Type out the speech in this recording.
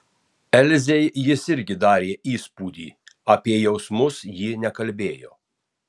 elzei jis irgi darė įspūdį apie jausmus ji nekalbėjo